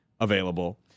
available